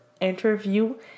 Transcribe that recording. interview